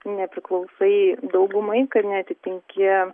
nepriklausai daugumai kad neatitinki